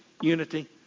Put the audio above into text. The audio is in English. unity